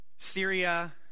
Syria